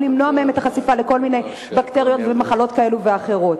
למנוע מהם את החשיפה לכל מיני בקטריות ומחלות כאלה ואחרות?